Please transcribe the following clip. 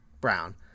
brown